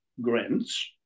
grants